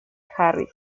harris